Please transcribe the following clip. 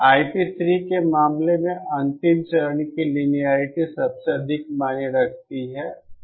Ip3 के मामले में अंतिम चरण की लिनियेरिटी सबसे अधिक मायने रखती है